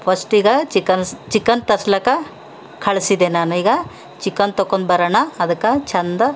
ಫಶ್ಟಿಗೆ chickens chicken ತರ್ಸ್ಲಿಕ್ಕೆ ಕಳಿಸಿದೆ ನಾನೀಗ ಚಿಕನ್ ತಗೊಂಡ್ಬರೋಣ ಅದಕ್ಕೆ ಚೆಂದ